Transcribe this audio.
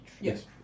Yes